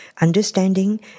understanding